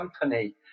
company